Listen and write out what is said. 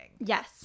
yes